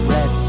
Red